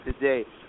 today